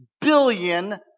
billion